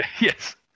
Yes